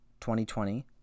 2020